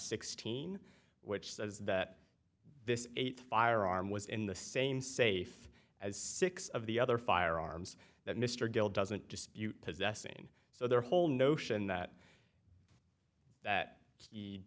sixteen which says that this eight firearm was in the same safe as six of the other firearms that mr gill doesn't dispute possess in so their whole notion that that he